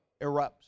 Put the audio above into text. erupts